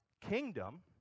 kingdom